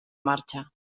marxa